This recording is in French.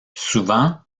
souvent